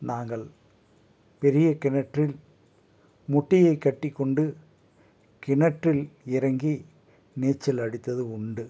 நாங்கள் பெரிய கிணற்றில் முட்டியை கட்டிக்கொண்டு கிணற்றில் இறங்கி நீச்சல் அடித்தது உண்டு